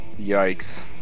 yikes